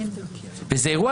וזה אירוע